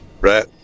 right